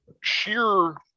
sheer